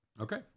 Okay